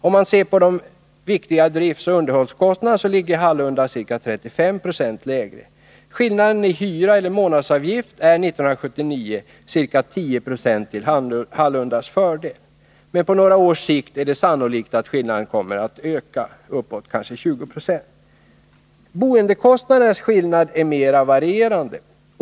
Om man ser på de viktiga driftsoch underhållskostnadena så ligger Hallunda ca 35 76 lägre. Skillnaden i hyra/månadsavgift är 1979 ca 10 90 till Hallundas fördel, men på några års sikt är det sannolikt att skillnaden ökar uppåt kanske 20 96. Boendekostnadernas skillnad är mera varierande.